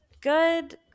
good